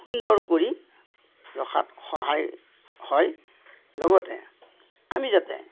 সুন্দৰ কৰি ৰখাত সহায় হয় লগতে আমি যাতে